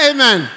Amen